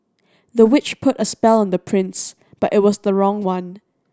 the witch put a spell on the prince but it was the wrong one